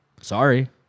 Sorry